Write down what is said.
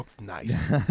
Nice